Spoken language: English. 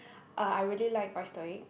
uh I really like oyster egg